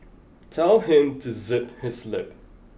tell him to zip his lip